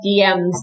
DMs